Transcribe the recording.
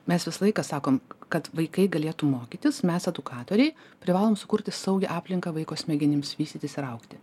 mes visą laiką sakom kad vaikai galėtų mokytis mes edukatoriai privalom sukurti saugią aplinką vaiko smegenims vystytis ir augti